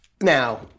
Now